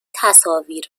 تصاویر